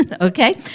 Okay